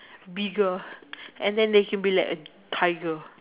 bigger and then they can be like a tiger